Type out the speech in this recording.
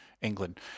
England